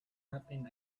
happen